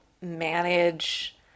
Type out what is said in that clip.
manage